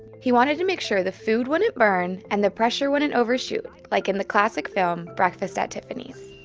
he wanted to make sure the food wouldn't burn and the pressure wouldn't overshoot, like in the classic film, breakfast at tiffany's.